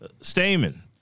Stamen